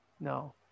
No